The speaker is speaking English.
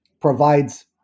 provides